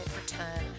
return